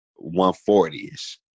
140-ish